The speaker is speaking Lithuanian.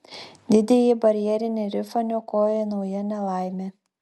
didįjį barjerinį rifą niokoja nauja nelaimė